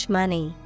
money